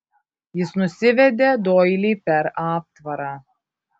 jis nusivedė doilį per aptvarą